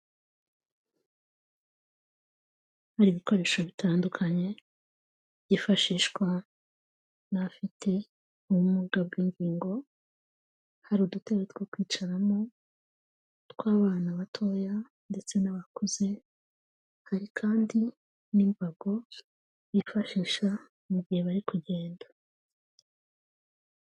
Hari ibikoresho bitandukanye, byifashishwa n'abafite ubumuga bw'ingingo, hari udutebe two kwicaramo tw'abana batoya ndetse n'abakuze, hari kandi n'imbago bifashisha mu gihe bari kugenda.